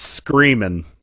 Screaming